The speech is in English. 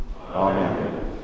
Amen